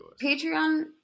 patreon